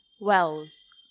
Wells